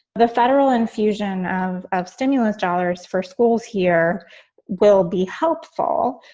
the federal infusion of of stimulus dollars for schools here will be helpful,